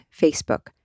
Facebook